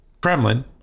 Kremlin